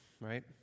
right